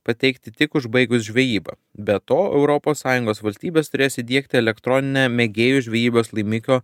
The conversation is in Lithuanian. pateikti tik užbaigus žvejybą be to europos sąjungos valstybės turės įdiegti elektroninę mėgėjų žvejybos laimikio